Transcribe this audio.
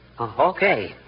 Okay